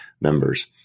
members